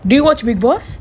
do you watch bigg boss